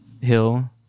Hill